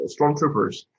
stormtroopers